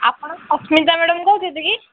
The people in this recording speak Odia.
ଆପଣ ସସ୍ମିତା ମ୍ୟାଡ଼ାମ୍ କହୁଛନ୍ତି କି